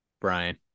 Brian